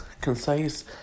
concise